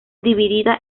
dividida